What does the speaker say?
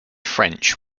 french